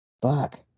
fuck